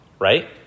right